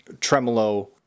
tremolo